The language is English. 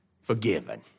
forgiven